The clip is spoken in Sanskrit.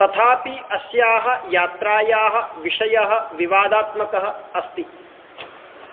तथापि अस्याः यात्रायाः विषयः विवादात्मकः अस्ति